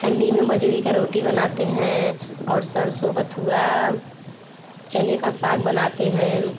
ठंडी में बजरी का रोटी बनाते हैं और सरसों बथुआ चने का साग बनाते हैं